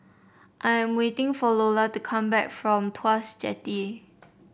I am waiting for Lola to come back from Tuas Jetty